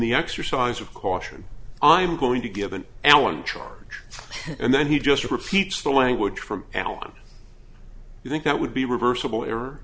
the exercise of caution i'm going to give an allen charge and then he just repeats the language from i don't think that would be reversible error